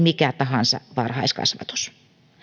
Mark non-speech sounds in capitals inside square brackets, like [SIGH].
[UNINTELLIGIBLE] mikä tahansa varhaiskasvatus